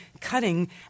cutting